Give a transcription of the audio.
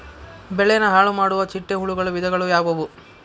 ಬೆಳೆನ ಹಾಳುಮಾಡುವ ಚಿಟ್ಟೆ ಹುಳುಗಳ ವಿಧಗಳು ಯಾವವು?